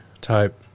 type